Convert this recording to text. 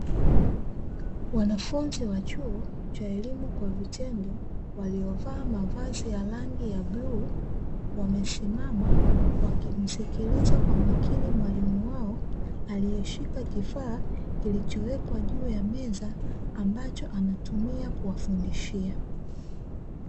Wanafunzi wa chuo cha elimu kwa vitendo waliovaa mavazi ya rangi ya bluu, wamesimama wakimsikiliza kwa makini mwalimu wao aliyeshika kifaa kilichowekwa juu ya meza ambacho anatumia kuwafundishia.